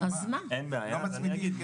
לא מצמידים,